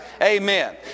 Amen